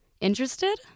Interested